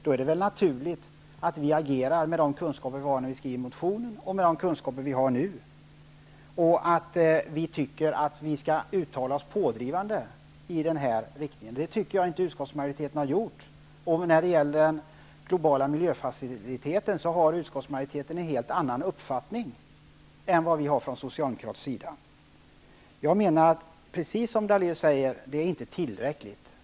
Då är det väl naturligt att vi agerar med de kunskaper vi har när vi skriver en motion och med de kunskaper vi har nu. Vi tycker att man skall uttala sig pådrivande i den här riktningen. Det tycker jag inte att utskottmajoriteten har gjort. När det gäller den globala miljöfaciliteten har utskottsmajoriteten en helt annan uppfattning än Socialdemokraterna. Jag menar, precis som Lennart Daléus säger, att det inte räcker.